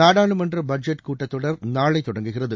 நாடாளுமன்ற பட்ஜெட் கூட்டத்தொடர் நாளை தொடங்குகிறது